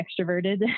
extroverted